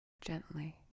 gently